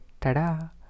tada